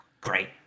great